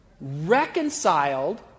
Reconciled